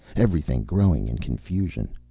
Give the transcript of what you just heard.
everything growing in confusion.